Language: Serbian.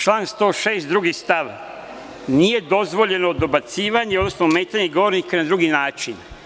Član 106. stav 2. – nije dozvoljeno dobacivanje, odnosno ometanje govornika na drugi način.